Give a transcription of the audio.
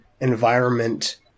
environment